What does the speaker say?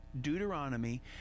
Deuteronomy